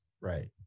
Right